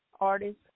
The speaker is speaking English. artist